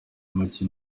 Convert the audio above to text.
make